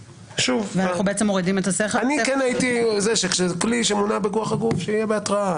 אני כן הייתי אומר שכלי שמונע בכוח הגוף שיהיה בהתראה,